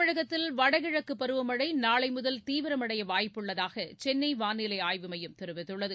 தமிழகத்தில் வடகிழக்கு பருவமழை நாளை முதல் தீவிரமடைய வாய்ப்புள்ளதாக சென்னை வானிலை ஆய்வு மையம் தெரிவித்துள்ளது